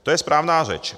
To je správná řeč.